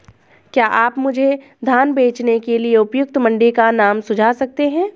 क्या आप मुझे धान बेचने के लिए उपयुक्त मंडी का नाम सूझा सकते हैं?